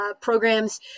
programs